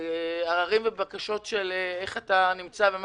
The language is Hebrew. בקשות של אנשים לדעת מה